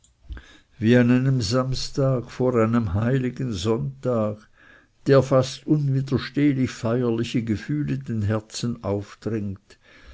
wie an einem samstag vor einem heiligen sonntag der fast unwiderstehlich feierliche gefühle den herzen aufdringt